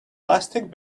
plastic